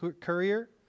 courier